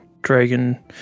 dragon